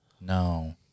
No